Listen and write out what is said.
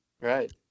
right